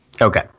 Okay